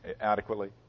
adequately